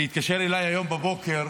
כי היום בבוקר